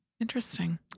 interesting